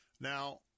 Now